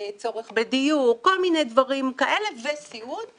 מצורך בדיור, כל מיני דברים כאלה, וסיעוד.